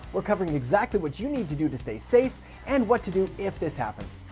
we're covering exactly what you need to do to stay safe and what to do if this happens.